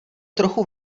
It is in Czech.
trochu